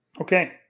Okay